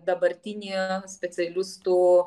dabartinių specialistų